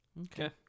Okay